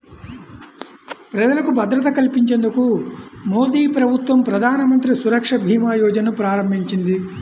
ప్రజలకు భద్రత కల్పించేందుకు మోదీప్రభుత్వం ప్రధానమంత్రి సురక్ష భీమా యోజనను ప్రారంభించింది